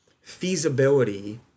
feasibility